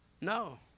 No